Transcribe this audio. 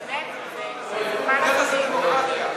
באמת, תודה רבה.